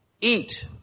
Eat